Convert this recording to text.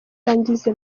arangize